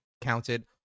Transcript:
counted